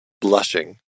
Blushing